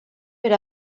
per